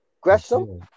Gresham